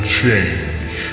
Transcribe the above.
change